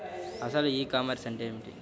అసలు ఈ కామర్స్ అంటే ఏమిటి?